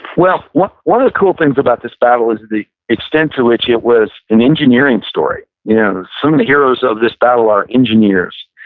well one one of the cool things about this battle is the extent to which it was an engineering story. yeah some of the heroes of this battle are engineers.